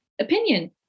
opinion